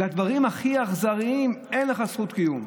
לדברים הכי אכזריים, אין לך זכות קיום.